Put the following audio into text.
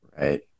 Right